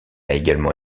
également